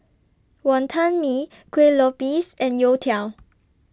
Wonton Mee Kueh Lopes and Youtiao